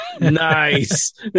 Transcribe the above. Nice